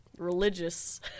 religious